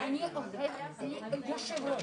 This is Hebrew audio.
המכרז בעיתונות כלשהי התשובות